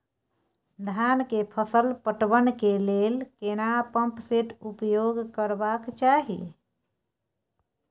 धान के फसल पटवन के लेल केना पंप सेट उपयोग करबाक चाही?